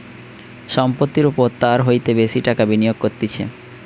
সম্পত্তির ওপর তার হইতে বেশি টাকা বিনিয়োগ করতিছে